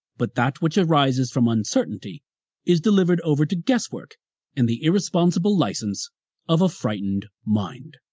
but that which arises from uncertainty is delivered over to guesswork and the irresponsible license of a frightened mind.